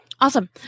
Awesome